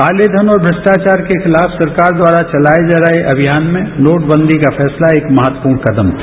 कालेबन और भ्रष्टाचार के खिलाफ सरकार द्वारा चलाए जा रहे अभियानमें नोटबंदी का फैसला एक महत्वपूर्ण कदम था